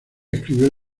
escribió